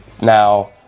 now